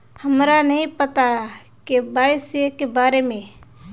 हमरा नहीं पता के.वाई.सी के बारे में?